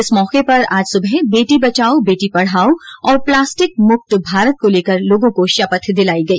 इस मौके पर आज सुबह बेटी बचाओ बेटी पढ़ाओ और प्लास्टिक मुक्त भारत को लेकर लोगों को शपथ दिलाई गई